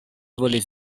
volis